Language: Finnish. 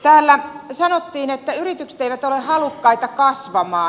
täällä sanottiin että yritykset eivät ole halukkaita kasvamaan